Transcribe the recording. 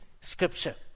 scripture